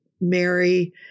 Mary